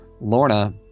Lorna